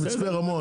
במצפה רמון.